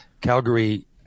Calgary